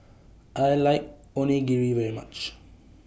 I like Onigiri very much